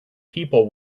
people